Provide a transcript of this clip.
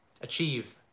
achieve